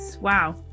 wow